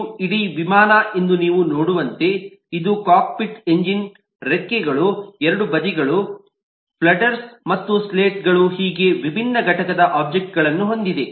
ಇದು ಇಡೀ ವಿಮಾನ ಎಂದು ನೀವು ನೋಡುವಂತೆ ಇದು ಕಾಕ್ಪಿಟ್ ಎಂಜಿನ್ ರೆಕ್ಕೆಗಳು ಎರಡು ಬದಿಗಳು ಫ್ಲಡ್ಡರ್ಗಳು ಮತ್ತು ಸ್ಲೇಟ್ಗಳು ಹೀಗೆ ವಿಭಿನ್ನ ಘಟಕ ಒಬ್ಜೆಕ್ಟ್ಗಳನ್ನು ಹೊಂದಿದೆ